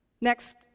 Next